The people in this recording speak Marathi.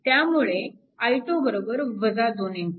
त्यामुळे i2 2A